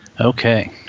Okay